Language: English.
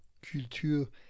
culture